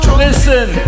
listen